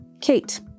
Kate